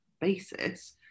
basis